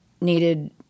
needed